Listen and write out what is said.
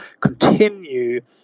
continue